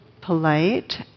polite